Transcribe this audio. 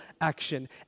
action